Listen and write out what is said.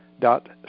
dot